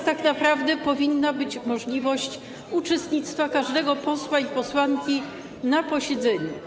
A tak naprawdę powinna być możliwość uczestnictwa każdego posła i posłanki w posiedzeniu.